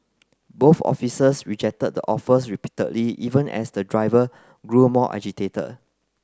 both officers rejected the offers repeatedly even as the driver grew more agitated